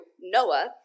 Noah